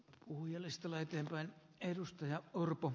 puhujalistalla etenevän edustaja orpo